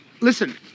Listen